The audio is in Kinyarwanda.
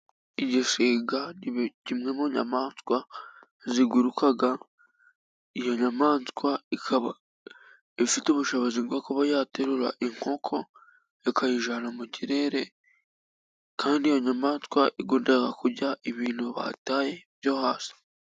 Igisiga ni kimwe mu nyamaswa ziguruka, iyo nyamaswa ikaba ifite ubushobozi bwo kuba yaterura inkoko ikayijyana mu kirere, kandi iyo nyamaswa ikunda kurya ibintu bataye byo hasi.